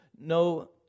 No